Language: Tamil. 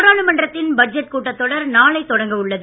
நாடாளுமன்றத்தின் பட்ஜெட் கூட்டத்தொடர் நாளை தொடங்க உள்ளது